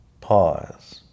Pause